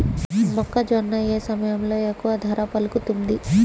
మొక్కజొన్న ఏ సమయంలో ఎక్కువ ధర పలుకుతుంది?